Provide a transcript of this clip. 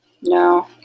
No